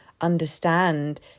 understand